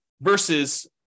versus –